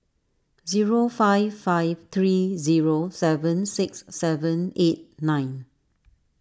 zero five five three zero seven six seven eight nine